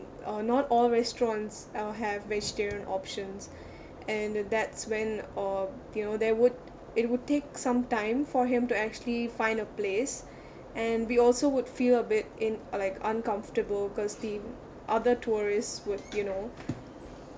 uh not all restaurants uh have vegetarian options and that's when uh you know there would it would take some time for him to actually find a place and we also would feel a bit in~ uh like uncomfortable because the other tourists would you know